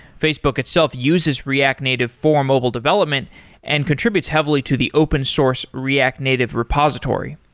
facebook itself uses react native for mobile development and contributes heavily to the open source react native repository.